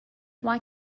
why